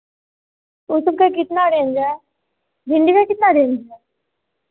उस सबका कितना रेंज है भिंडी का कितना रेंज है